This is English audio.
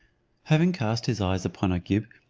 having cast his eyes upon agib,